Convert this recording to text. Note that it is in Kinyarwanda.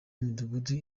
imidugudu